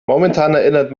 erinnert